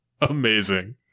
Amazing